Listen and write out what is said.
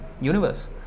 universe